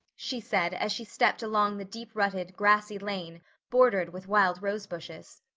she said as she stepped along the deep-rutted, grassy lane bordered with wild rose bushes.